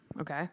okay